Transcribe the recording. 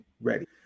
ready